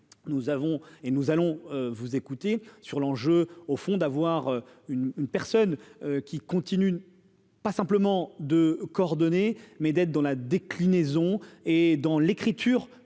nous avons et nous allons vous écouter sur l'enjeu au fond d'avoir une une personne qui continue, pas simplement de coordonner mais d'être dans la déclinaison et dans l'écriture,